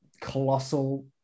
colossal